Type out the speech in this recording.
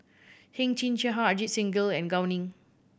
Heng Chee How Ajit Singh Gill and Gao Ning